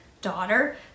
daughter